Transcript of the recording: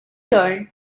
turn